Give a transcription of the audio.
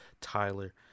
tyler